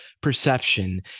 perception